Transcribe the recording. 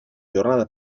jornada